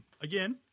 again